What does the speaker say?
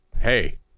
Hey